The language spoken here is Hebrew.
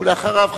ואחריו,